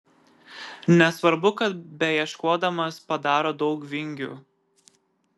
nesvarbu kad beieškodamas padaro daug vingių